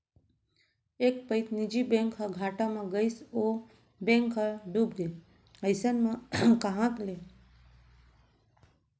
एक पइत निजी बैंक ह घाटा म गइस ओ बेंक ह डूबगे अइसन म कहॉं ले बेंक ह मनसे ल बरोबर बियाज संग पइसा ल दिये सकही